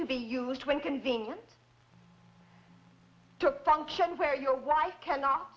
to be used when convenient to function where your wife cannot